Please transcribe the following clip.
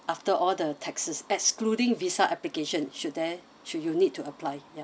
after all the taxes excluding visa application should there should you need to apply ya